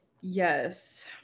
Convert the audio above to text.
yes